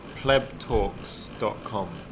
Plebtalks.com